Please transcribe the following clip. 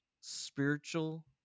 spiritual